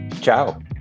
Ciao